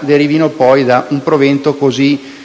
derivino da un provento così